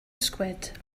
squid